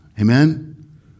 amen